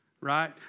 Right